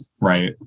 Right